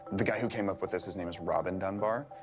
the guy who came up with this, his name is robin dunbar.